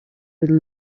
been